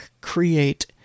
create